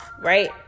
right